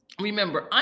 remember